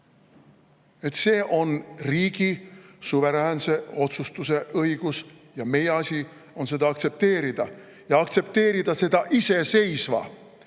See on riigi suveräänse otsustuse õigus ja meie asi on seda aktsepteerida. Ja aktsepteerida seda iseseisva